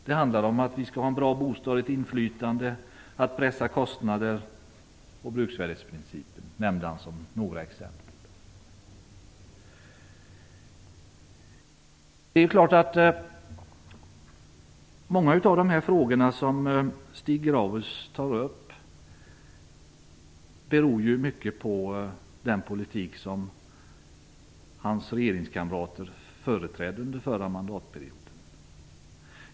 Det handlar om att vi skall ha en bra bostad och ett inflytande, om att vi skall pressa kostnader och om bruksvärdesprincipen. Mycket av det som Stig Grauers tar upp beror på den politik som hans regeringskamrater förde under den förra mandatperioden.